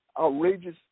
outrageous